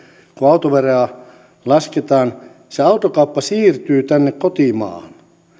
kun autoveroa lasketaan autokauppa siirtyy tänne kotimaahan